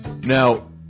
Now